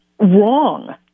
wrong